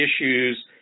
issues